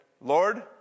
Lord